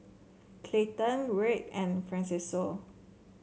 Clayton Wright and Francesco